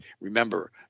Remember